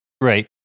right